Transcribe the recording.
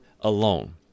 alone